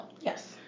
Yes